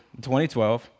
2012